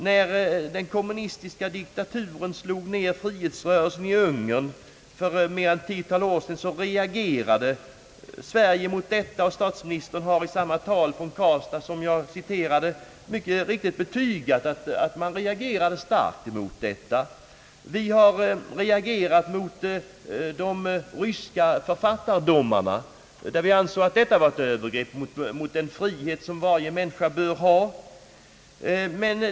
När den kommunistiska diktaturen slog ned frihetsrörelsen i Ungern för mer än ett tiotal år sedan reagerade Sverige mot detta. Statsministern betygade också i samma tal i Karlstad, som jag nyss citerade, mycket riktigt att man i Sverige mycket starkt reagerade mot händelserna i Ungern. Vi har reagerat mot de ryska författardomarna, vilka vi ansåg vara ett övergrepp mot den frihet som varje människa bör ha.